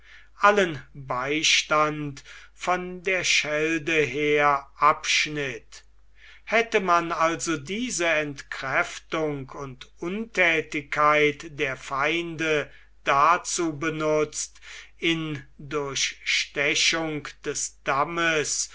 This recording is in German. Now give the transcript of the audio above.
allen beistand von der schelde her abschnitt hätte man also diese entkräftung und unthätigkeit der feinde dazu benutzt in durchstechung des dammes